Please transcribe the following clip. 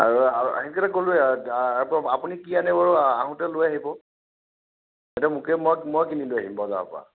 আৰু সেইকেইটা ক'লোৱেই আপুনি কি আনে বাৰু আহোঁতে লৈ আহিব এতিয়া মোকে মই কিনি লৈ আহিম বজাৰৰ পৰা